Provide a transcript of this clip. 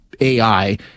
AI